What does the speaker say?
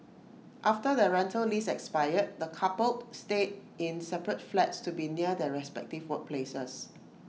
after their rental lease expired the coupled stayed in separate flats to be near their respective workplaces